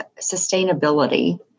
sustainability